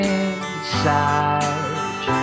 inside